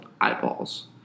eyeballs